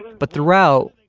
but throughout,